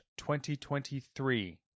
2023